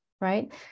right